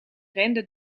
renden